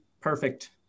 perfect